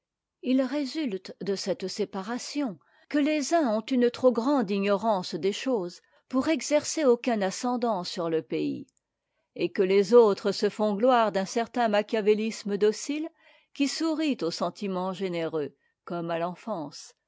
h résulte de cette séparation que les uns ont une trop grande ignorance des choses pour exercer aucun ascendant sur le pays et que les autres se font gloire d'un certain machiavélisme docile qui sourit aux sentiments généreux comme à l'enfance